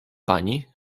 pani